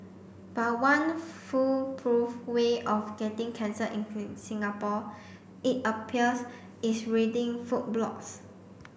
but one foolproof way of getting cancer in Singapore it appears is reading food blogs